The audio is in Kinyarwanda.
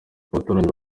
abaturanyi